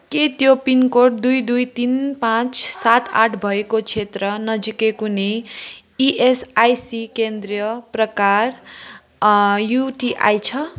के त्यो पिनकोड दुई दुई तिन पाँच सात आठ भएको क्षेत्र नजिकै कुनै इएसआइसी केन्द्र प्रकार युटिआई छ